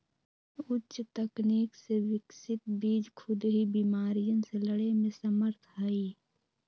उच्च तकनीक से विकसित बीज खुद ही बिमारियन से लड़े में समर्थ हई